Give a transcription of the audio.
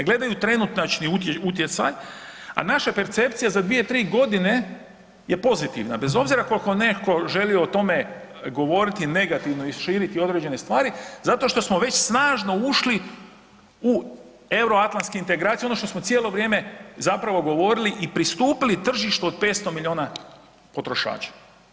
N gledaju trenutačni utjecaj, a naša percepcija za 2-3 godine je pozitivna bez obzira koliko netko želio o tome govoriti negativno i širiti određene stvari zato što smo već snažno ušli u euroatlanske integracije ono što smo cijelo vrijeme zapravo govorili i pristupili tržištu od 500 miliona potrošača.